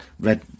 Red